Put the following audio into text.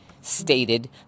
stated